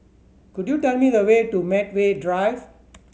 could you tell me the way to Medway Drive